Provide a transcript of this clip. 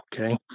Okay